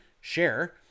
Share